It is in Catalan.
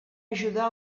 ajudar